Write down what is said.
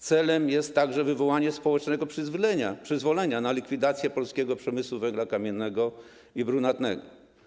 Celem jest także wywołanie społecznego przyzwolenia na likwidację polskiego przemysłu węgla kamiennego i brunatnego.